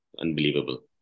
Unbelievable